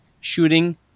shooting